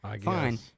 fine